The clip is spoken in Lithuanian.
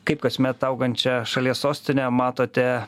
kaip kasmet augančią šalies sostinę matote